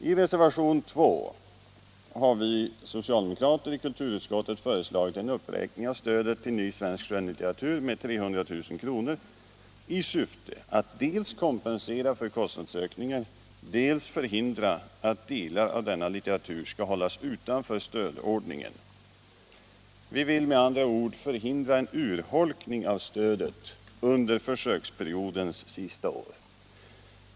I reservation 2 har vi socialdemokrater i kulturutskottet föreslagit en uppräkning av stödet till ny svensk skönlitteratur med 300 000 kr. i syfte att dels kompensera för kostnadsökningar, dels förhindra att delar av denna litteratur skall hållas utanför stödordningen. Vi vill med andra ord förhindra en urholkning av stödet under försöksperiodens sista år.